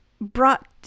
brought